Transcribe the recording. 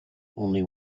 only